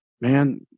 man